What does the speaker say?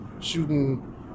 shooting